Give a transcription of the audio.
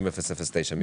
פנייה מס' 30-009, מי בעד?